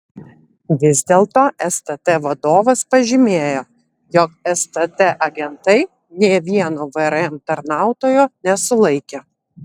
vis dėlto stt vadovas pažymėjo jog stt agentai nė vieno vrm tarnautojo nesulaikė